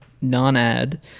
non-ad